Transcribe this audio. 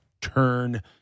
turn